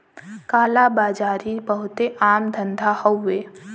काला बाजारी बहुते आम धंधा हउवे